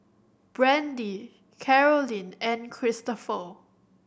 Brandie Carolyn and Christoper